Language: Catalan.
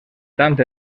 tant